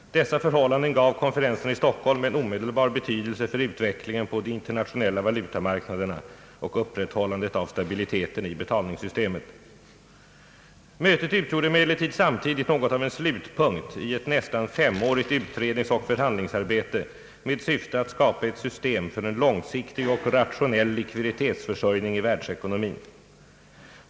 Dessa förhållanden gav konferensen i Stockholm en omedelbar betydelse för utvecklingen på de internationella valutamarknaderna och upprätthållandet av stabiliteten i betalningssystemet. Mötet utgjorde emellertid samtidigt något av en slutpunkt i ett nästan femårigt utredningsoch förhandlingsarbete med syfte att skapa ett system för en långsiktig och rationell likviditetsförsörjning i världsekonomin.